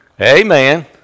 Amen